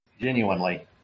Genuinely